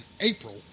April